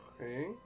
Okay